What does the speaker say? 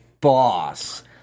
boss